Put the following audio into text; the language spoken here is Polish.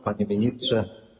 Panie Ministrze!